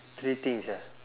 three things ah